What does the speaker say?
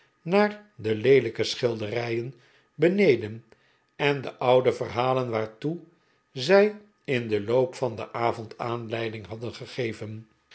naar de leelijke schilderijen beneden en de oude verhalen waartoe zij in den loop van den avond aanleiding hadden gegeven